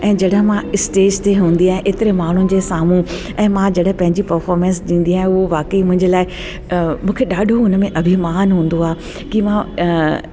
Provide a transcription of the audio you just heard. ऐं जॾहिं मां स्टेज ते हूंदी आहियां एतिरे माण्हुनि जे सामूं ऐं मां जॾहिं पंहिंजी पर्फोमेंस ॾींदी आहियां उहो वाकई मुंहिंजे लाइ मूंखे ॾाढो हुन में अभिमान हूंदो आहे की मां